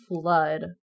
Flood